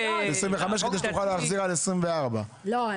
כדי שתוכל להחזיר על 2024. לא,